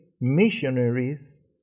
missionaries